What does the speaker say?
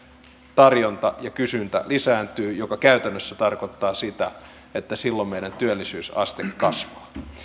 tarjonta ja kysyntä lisääntyvät mikä käytännössä tarkoittaa sitä että silloin meidän työllisyysasteemme kasvaa